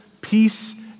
peace